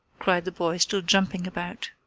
cried the boy, still jumping about.